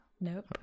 nope